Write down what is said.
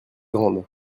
grande